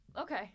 Okay